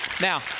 Now